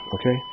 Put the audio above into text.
Okay